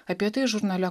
apie tai žurnale